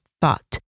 thought